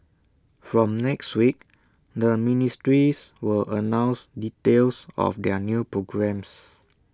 from next week the ministries will announce details of their new programmes